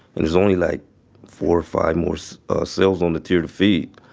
and it's only like four or five more so cells on the tier to feed.